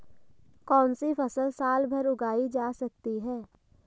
कौनसी फसल साल भर उगाई जा सकती है?